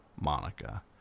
Monica